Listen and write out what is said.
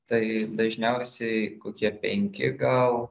tai dažniausiai kokie penki gal